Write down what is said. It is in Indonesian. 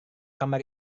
kamar